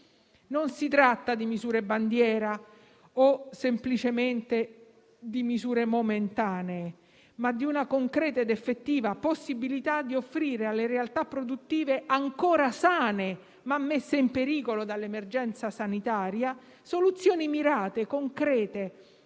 Non si tratta di misure bandiera o semplicemente di misure momentanee, ma di una concreta ed effettiva possibilità di offrire alle realtà produttive ancora sane, ma messe in pericolo dall'emergenza sanitaria, soluzioni mirate e concrete,